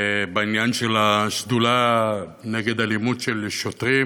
בעניין של השדולה נגד אלימות של שוטרים.